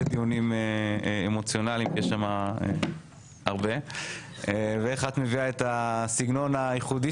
דיונים אמוציונליים איך את מביאה את הסגנון הייחודי